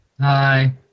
Hi